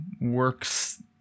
works